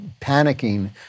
panicking